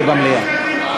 לא להפריע, מספיק.